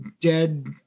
dead